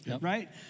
right